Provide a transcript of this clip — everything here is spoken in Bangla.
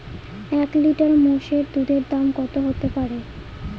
এক লিটার মোষের দুধের দাম কত হতেপারে?